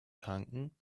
tanken